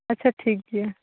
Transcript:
ᱟᱪᱪᱷᱟ ᱴᱷᱤᱠ ᱜᱮᱭᱟ